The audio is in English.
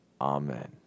Amen